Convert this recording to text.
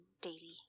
daily